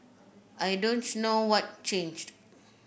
I don't know what changed